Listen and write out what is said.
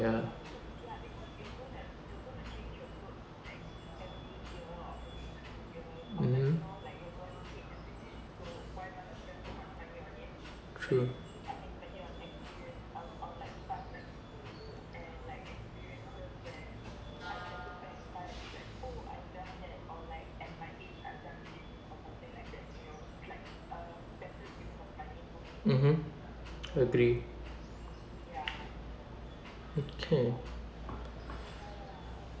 ya mmhmm true mmhmm agree okay